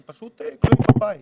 הם פשוט כלואים בבית